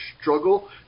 struggle